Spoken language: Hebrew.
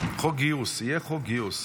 יהיה חוק גיוס.